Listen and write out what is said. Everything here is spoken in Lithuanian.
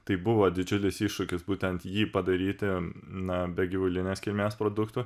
tai buvo didžiulis iššūkis būtent jį padaryti na be gyvulinės kilmės produktų